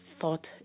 thought